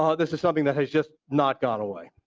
ah this is something that has just not gone away.